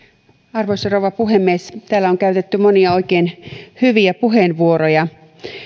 arvoisa rouva puhemies täällä on käytetty monia oikein hyviä puheenvuoroja